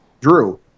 Drew